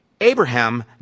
Abraham